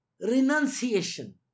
Renunciation